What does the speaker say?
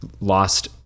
Lost